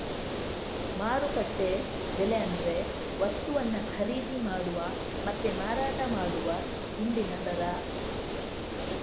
ಮಾರುಕಟ್ಟೆ ಬೆಲೆ ಅಂದ್ರೆ ವಸ್ತುವನ್ನ ಖರೀದಿ ಮಾಡುವ ಮತ್ತೆ ಮಾರಾಟ ಮಾಡುವ ಇಂದಿನ ದರ